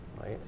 right